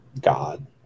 God